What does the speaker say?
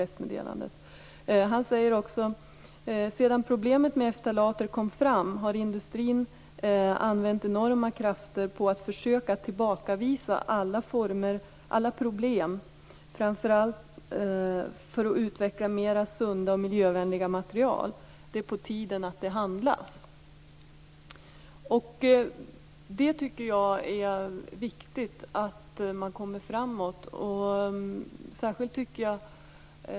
Sedan problemet med ftalater kom fram har industrin använt enorma krafter för att försöka tillbakavisa alla problem framför allt för att utveckla mera sunda och miljövänliga material. Det är på tiden att det handlas." Det är viktigt att man kommer framåt.